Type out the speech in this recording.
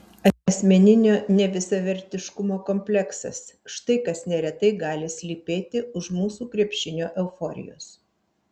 asmeninio nevisavertiškumo kompleksas štai kas neretai gali slypėti už mūsų krepšinio euforijos